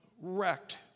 wrecked